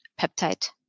peptide